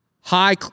high